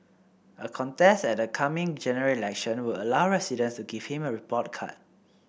a contest at the coming General Election would allow residents to give him a report card